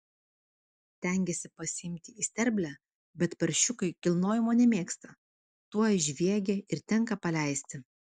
stengiasi pasiimti į sterblę bet paršiukai kilnojimo nemėgsta tuoj žviegia ir tenka paleisti